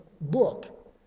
book